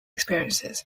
experiences